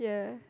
yeah